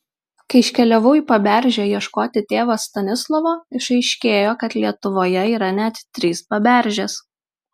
kai iškeliavau į paberžę ieškoti tėvo stanislovo išaiškėjo kad lietuvoje yra net trys paberžės